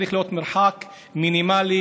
צריך להיות מרחק מינימלי,